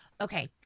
Okay